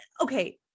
okay